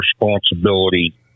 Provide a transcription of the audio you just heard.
responsibility